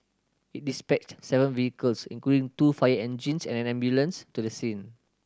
it dispatched seven vehicles including two fire engines and an ambulance to the scene